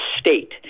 state